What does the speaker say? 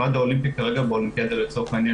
הוועד האולימפי כרגע באולימפיאדה לצורך העניין